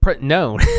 No